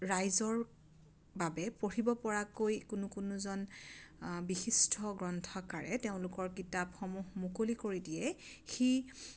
ৰাইজৰ বাবে পঢ়িব পৰাকৈ কোনো কোনোজন আ বিশিষ্ট গ্ৰন্থকাৰে তেওঁলোকৰ কিতাপসমূহ মুকলি কৰি দিয়ে সি